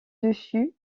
dessus